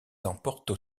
emportent